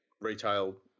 retail